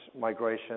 migration